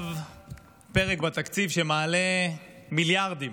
עכשיו פרק בתקציב שמעלה מיליארדים